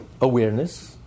awareness